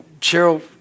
Cheryl